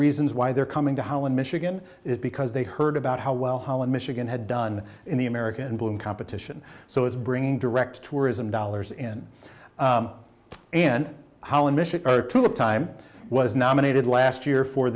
reasons why they're coming to holland michigan it because they heard about how well holland michigan had done in the american boom competition so it's bringing direct tourism dollars in and how a mission or two time was nominated last year for